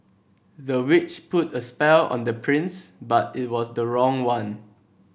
the witch put a spell on the prince but it was the wrong one